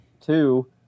Two